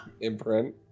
Imprint